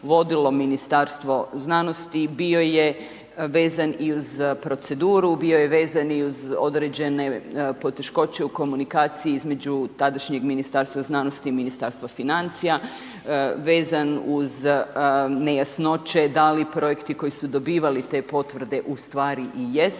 vodilo Ministarstvo znanosti bio je vezan i uz proceduru, bio je vezan i uz određene poteškoće u komunikaciji između tadašnjeg Ministarstva znanosti i Ministarstva financija, vezan uz nejasnoće da li projekti koji su dobivali te potvrde ustvari i jesu